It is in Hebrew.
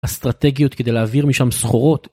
אסטרטגיות כדי להעביר משם סחורות.